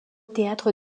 théâtre